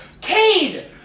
Cade